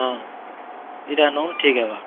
ହଁ ଇ'ଟା ନେଉନ୍ ଠିକ୍ ହେବା